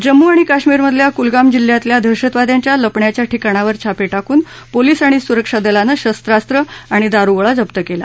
जम्मू आणि काश्मिर मधल्या कुलगाम जिल्ह्यातल्या दहशतवाद्यांच्या लपण्याच्या ठिकाणांवर छापे टाकून पोलीस आणि सुरक्षा दलानं शस्त्रास्त्र आणि दारूगोळा जप्त केला